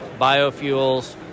biofuels